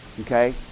Okay